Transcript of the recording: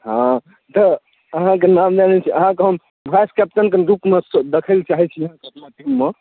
हँ तऽ अहाँके नाम मानि लिअ जे अहाँके नाम हम भासि कैप्टन के रूप मे देखै लए चाहै छी अपना टीममे